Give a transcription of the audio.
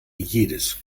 jedes